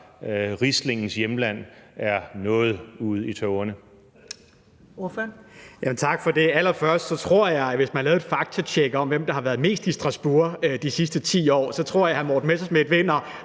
Rieslingens hjemland er noget ude i tågerne?